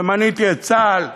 ומניתי את צה"ל,